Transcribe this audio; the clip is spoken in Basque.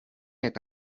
eta